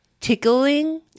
tickling